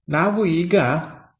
ನಾವು ಈಗ ಮುಂಬದಿಯ ಚಿತ್ರಣವನ್ನು ನೋಡೋಣ